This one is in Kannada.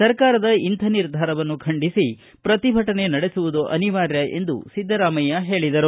ಸರ್ಕಾರದ ಇಂತಹ ನಿರ್ಧಾರವನ್ನು ಖಂಡಿಸಿ ಪ್ರತಿಭಟನೆ ನಡೆಸುವುದು ಅನಿವಾರ್ಯ ಎಂದು ಸಿದ್ದರಾಮಯ್ಯ ಹೇಳಿದರು